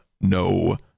no